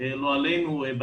לא עלינו, בהמשך,